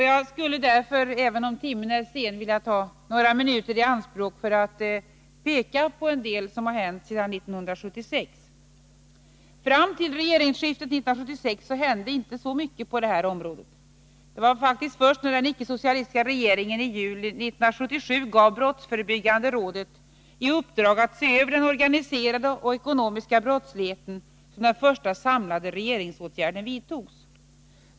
Jag vill därför, även om timmen är ser, ta några minuter i anspråk för att peka på en del som har hänt sedan 1976. Fram till regeringsskiftet 1976 hände inte mycket på detta område. Det var först när den första icke-socialistiska regeringen i juli 1977 gav brottsförebyggande rådet i uppdrag att se över den organiserade och ekonomiska brottsligheten som den första samlade regeringsåtgärden vidtogs.